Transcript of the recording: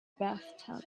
bathtub